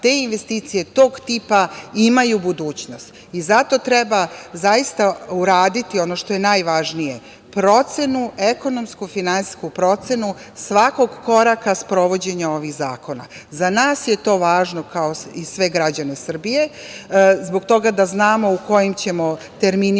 te investicije tog tipa imaju budućnost. Zato treba zaista uraditi ono što je najvažnije – procenu, ekonomsko-finansijsku procenu svakog koraka sprovođenja ovih zakona. Za nas je to važno, kao i sve građane Srbije, zbog toga da znamo u kojim ćemo terminima